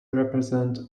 represent